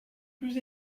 plus